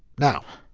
now,